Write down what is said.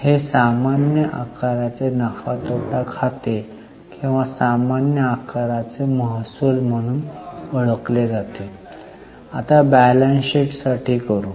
हे सामान्य आकाराचे नफा तोटा खाते किंवा सामान्य आकाराचे महसूल म्हणून ओळखले जाते आता ते बॅलन्स शीट साठी करू